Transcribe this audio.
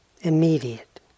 Immediate